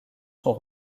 sont